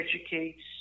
educates